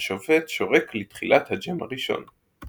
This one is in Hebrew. השופט שורק לתחילת הג'אם הראשון.